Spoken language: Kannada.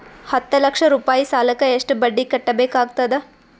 ಹತ್ತ ಲಕ್ಷ ರೂಪಾಯಿ ಸಾಲಕ್ಕ ಎಷ್ಟ ಬಡ್ಡಿ ಕಟ್ಟಬೇಕಾಗತದ?